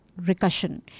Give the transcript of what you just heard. recursion